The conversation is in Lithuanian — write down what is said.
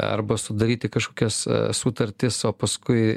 arba sudaryti kažkokias sutartis o paskui